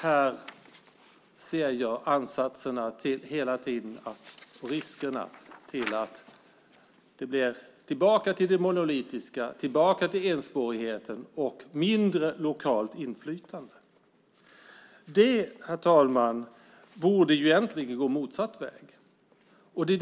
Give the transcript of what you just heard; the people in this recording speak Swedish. Jag ser ansatser till och risker för att vi är på väg tillbaka till det monolitiska och till enspårigheten med mindre lokalt inflytande. Det borde, herr talman, egentligen gå motsatt väg.